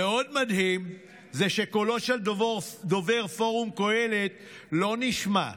ועוד מדהים שקולו של דובר פורום קהלת לא נשמע,